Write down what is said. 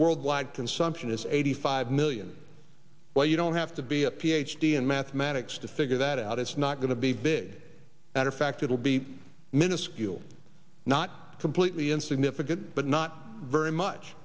worldwide consumption is eighty five million well you don't have to be a ph d in mathematics to figure that out it's not going to be big and in fact it will be minuscule not completely insignificant but not very much